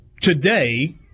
Today